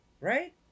right